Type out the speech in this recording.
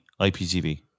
IPTV